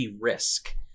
risk